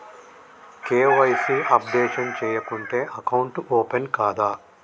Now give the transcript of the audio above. KYC updation చేయకుంటే account open కాదా?